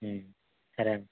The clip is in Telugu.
సరే